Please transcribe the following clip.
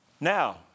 Now